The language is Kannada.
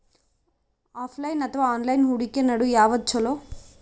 ಆಫಲೈನ ಅಥವಾ ಆನ್ಲೈನ್ ಹೂಡಿಕೆ ನಡು ಯವಾದ ಛೊಲೊ?